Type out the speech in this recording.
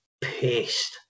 pissed